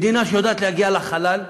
מדינה שיודעת להגיע לחלל,